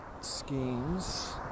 schemes